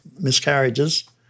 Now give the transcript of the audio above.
miscarriages